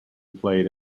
played